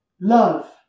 Love